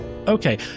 Okay